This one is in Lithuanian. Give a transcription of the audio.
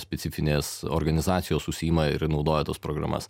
specifinės organizacijos užsiima ir naudoja tas programas